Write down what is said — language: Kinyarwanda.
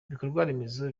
ibikorwaremezo